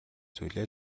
зүйлээ